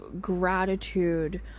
gratitude